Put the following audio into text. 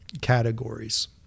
categories